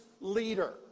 leader